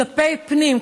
כלפי פנים,